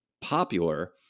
popular